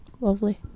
Lovely